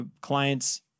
clients